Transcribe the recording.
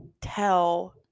tell